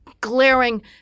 glaring